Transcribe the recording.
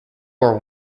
war